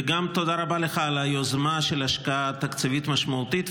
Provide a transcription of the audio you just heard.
וגם תודה רבה לך על היוזמה של ההשקעה התקציבית המשמעותית,